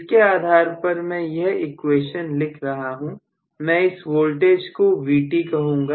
इसके आधार पर मैं यह इक्वेश्चन लिख सकता हूं मैं इस वोल्टेज को Vt कहूंगा